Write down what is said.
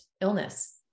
illness